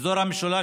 באזור המשולש,